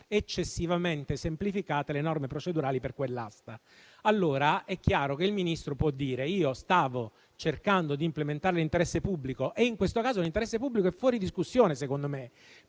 eccessivamente semplificate le norme procedurali per quell'asta. È chiaro che il Ministro può dire che stava cercando di implementare l'interesse pubblico che, in questo caso, secondo me è fuori discussione, perché la